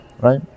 right